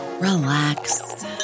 relax